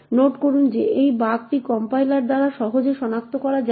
note করুন যে এই বাগটি কম্পাইলার দ্বারা সহজে সনাক্ত করা যায় না